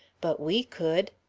but we could.